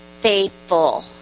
faithful